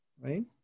right